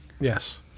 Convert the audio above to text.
Yes